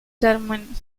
german